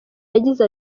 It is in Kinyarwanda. yagize